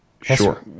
Sure